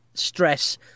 stress